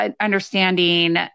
understanding